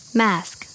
mask